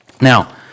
Now